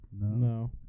No